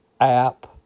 app